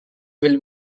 will